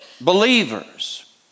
believers